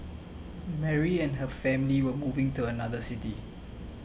Mary and her family were moving to another city